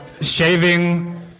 shaving